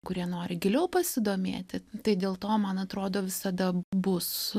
kurie nori giliau pasidomėti tai dėl to man atrodo visada bus